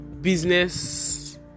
business